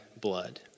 blood